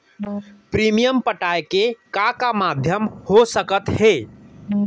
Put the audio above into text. Premium पटाय के का का माधयम हो सकत हे?